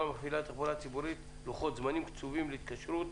למפעילי התחבורה הציבורית לוחות זמנים קצובים להתקשרות